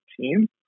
team